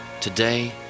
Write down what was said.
Today